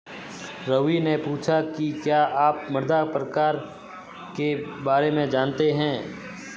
रवि ने पूछा कि क्या आप मृदा प्रकार के बारे में जानते है?